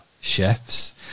chefs